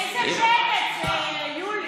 איזה בנט, זה יולי.